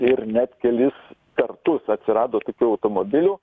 ir net kelis kartus atsirado tokių automobilių